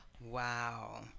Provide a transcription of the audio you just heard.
Wow